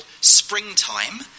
springtime